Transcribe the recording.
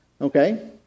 Okay